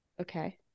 Okay